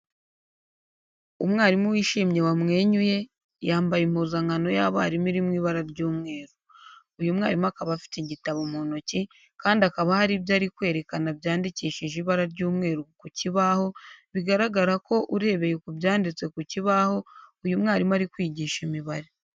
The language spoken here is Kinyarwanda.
Umwarimu wishimye wamwenyuye, yambaye impuzankano y'abarimu iri mu ibara ry'umweru. Uyu mwarimu akaba afite igitabo mu ntoki, kandi akaba hari ibyo ari kwerekana byandikishije ibara ry'umweru ku kibahu, biragaragara ko urebeye ku byanditse ku kibahu, uyu mwarimu ari kwigisha imibare.